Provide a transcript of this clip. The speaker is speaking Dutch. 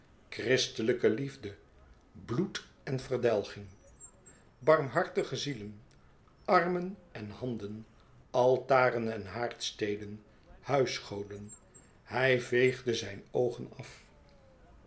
christelijke liefde bloed en verdelging barmhartige zielen armen en handen altaren en haardsteden huisgoden hij veegde zijn oogen af